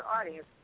audience